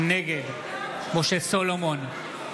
נגד משה סולומון,